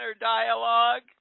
dialogue